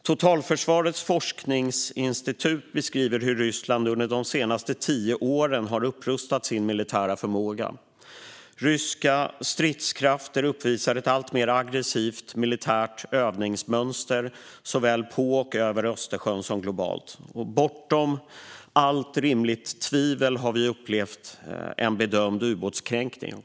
Totalförsvarets forskningsinstitut beskriver hur Ryssland under de senaste tio åren har upprustat sin militära förmåga. Ryska stridskrafter uppvisar ett alltmer aggressivt militärt övningsmönster, såväl på och över Östersjön som globalt. Bortom allt rimligt tvivel har vi upplevt en bedömd ubåtskränkning.